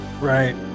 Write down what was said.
right